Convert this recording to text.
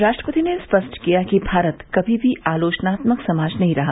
राष्ट्रपति ने स्पष्ट किया कि भारत कभी भी आलोचनात्मक समाज नहीं रहा